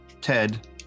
Ted